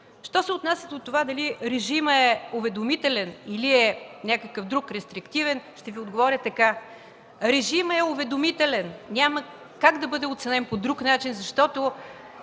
Що се отнася до това дали режимът е уведомителен, или е някакъв друг – рестриктивен, ще Ви отговоря така: режимът е уведомителен и няма как да бъде по друг начин, защото